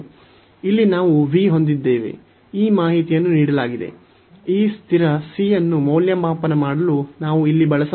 ಇಲ್ಲಿ ನಾವು v ಹೊಂದಿದ್ದೇವೆ ಈ ಮಾಹಿತಿಯನ್ನು ನೀಡಲಾಗಿದೆ ಈ ಸ್ಥಿರ c ಅನ್ನು ಮೌಲ್ಯಮಾಪನ ಮಾಡಲು ನಾವು ಇಲ್ಲಿ ಬಳಸಬಹುದು